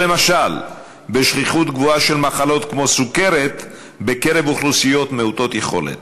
או למשל בשכיחות גבוהה של מחלות כמו סוכרת בקרב אוכלוסיות מעוטות יכולת.